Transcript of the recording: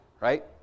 right